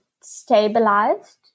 stabilized